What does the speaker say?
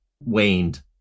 waned